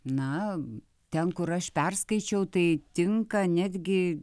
na ten kur aš perskaičiau tai tinka netgi